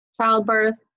childbirth